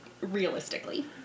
Realistically